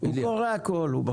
הוא קורא הכול.